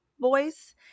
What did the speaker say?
Voice